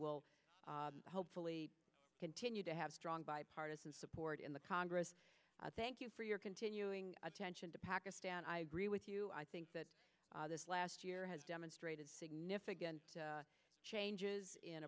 will hopefully continue to have strong bipartisan support in the congress thank you for your continuing attention to pakistan i agree with you i think that this last year has demonstrated significant changes in